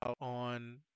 on